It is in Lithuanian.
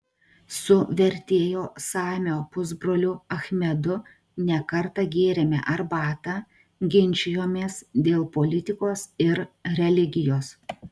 su vertėjo samio pusbroliu achmedu ne kartą gėrėme arbatą ginčijomės dėl politikos ir religijos